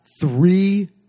three